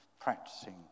practicing